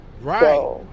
Right